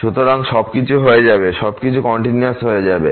সুতরাং সবকিছু হয়ে যাবে সবকিছু কন্টিনিউয়াস হয়ে যাবে